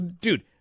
Dude